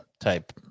type